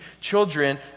children